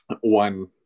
one